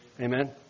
Amen